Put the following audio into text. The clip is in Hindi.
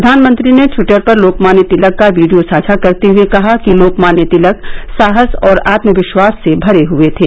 प्रधानमंत्री ने टवीटर पर लोकमान्य तिलक का वीडियो साझा करते हए कहा कि लोकमान्य तिलक साहस और आत्मविश्वास से भरे हए थे